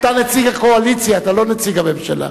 אתה נציג הקואליציה, אתה לא נציג הממשלה.